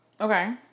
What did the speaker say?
okay